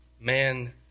Man